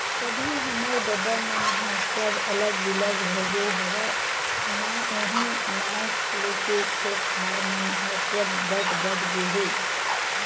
अभी हमर ददा मन ह सब अलग बिलग होगे हवय ना उहीं नांव लेके खेत खार मन ह सब बट बट गे हे